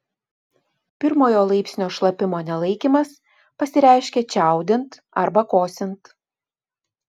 pirmojo laipsnio šlapimo nelaikymas pasireiškia čiaudint arba kosint